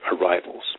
arrivals